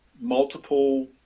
multiple